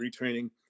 retraining